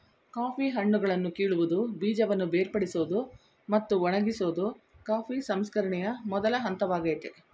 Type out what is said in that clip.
coffee ಹಣ್ಣುಗಳನ್ನು ಕೀಳುವುದು ಬೀಜವನ್ನು ಬೇರ್ಪಡಿಸೋದು ಮತ್ತು ಒಣಗಿಸೋದು ಕಾಫಿ ಸಂಸ್ಕರಣೆಯ ಮೊದಲ ಹಂತವಾಗಯ್ತೆ